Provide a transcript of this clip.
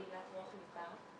קהילת רוח מדבר.